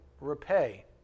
repay